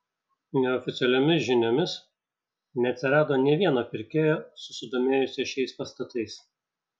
neoficialiomis žiniomis neatsirado nė vieno pirkėjo susidomėjusio šiais pastatais